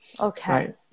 Okay